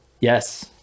yes